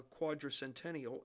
quadricentennial